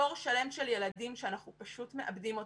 דור שלם של ילדים שאנחנו פשוט מאבדים אותם.